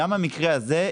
גם המקרה הזה,